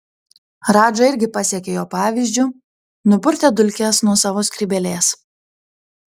radža irgi pasekė jo pavyzdžiu nupurtė dulkes nuo savo skrybėlės